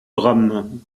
drame